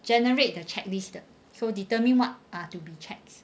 generate the check list 的 so determine [what] are to be checked